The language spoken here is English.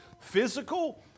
physical